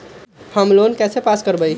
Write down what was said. Home loan कैसे pass कर बाबई?